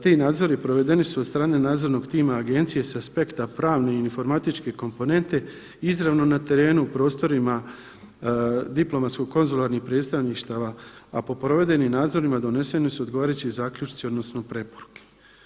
Ti nadzori provedeni su od strane nadzornog tima agencije sa aspekta pravne i informatičke komponente izravno na terenu, prostorima diplomatsko-konzularnih predstavništava, a po provedenim nadzorima doneseni su odgovarajući zaključci odnosno preporuke.